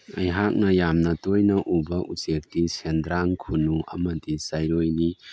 ꯑꯩꯍꯥꯛꯅ ꯌꯥꯝꯅ ꯇꯣꯏꯅ ꯎꯕ ꯎꯆꯦꯛꯇꯤ ꯁꯦꯟꯗ꯭ꯔꯥꯡ ꯈꯨꯅꯨ ꯑꯃꯗꯤ ꯆꯔꯣꯏꯅꯤ